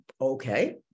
Okay